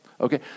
okay